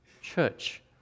church